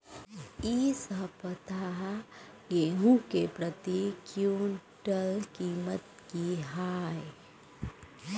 इ सप्ताह गेहूं के प्रति क्विंटल कीमत की हय?